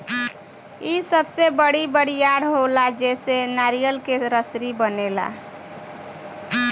इ सबसे बड़ी बरियार होला जेसे नारियर के रसरी बनेला